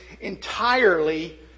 entirely